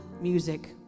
Music